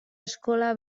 eskola